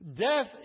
Death